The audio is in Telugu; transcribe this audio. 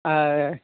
ఆ